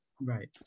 Right